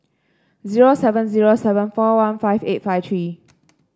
zero seven zero seven four one five eight five three